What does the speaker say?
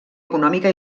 econòmica